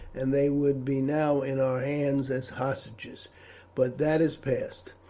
and they would be now in our hands as hostages but that is past.